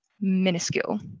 minuscule